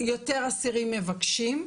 אז יותר אסירים מבקשים.